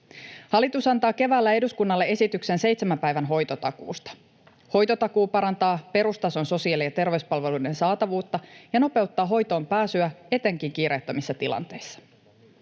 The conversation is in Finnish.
Hallitus antaa keväällä eduskunnalle esityksen seitsemän päivän hoitotakuusta. Hoitotakuu parantaa perustason sosiaali- ja terveyspalveluiden saatavuutta ja nopeuttaa hoitoonpääsyä etenkin kiireettömissä tilanteissa.